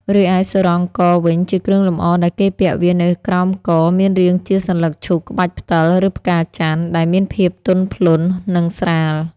រីឯសុរ៉ងកវិញជាគ្រឿងលម្អដែលគេពាក់វានៅក្រោមក មានរាងជាសន្លឹកឈូក ក្បាច់ផ្តិល ឬផ្កាចន្ទន៍ ដែលមានភាពទន់ភ្លន់ និងស្រាល។